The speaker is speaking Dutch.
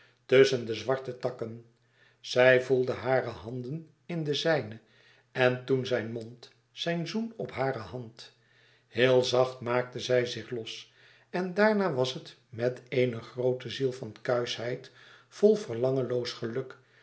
tusschen de zwarte takken zij voelde hare handen in de zijne en toen zijn mond zijn zoen op hare hand heel zacht maakte zij zich los en daarna was het met eene groote ziel van kuischheid vol verlangenloos geluk